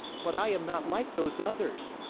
but i am not like those others.